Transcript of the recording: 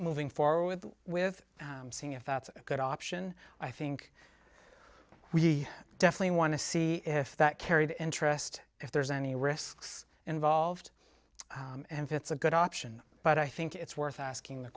moving forward with seeing if that's a good option i think we definitely want to see if that carried interest if there's any risks involved and it's a good option but i think it's worth asking the